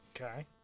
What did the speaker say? Okay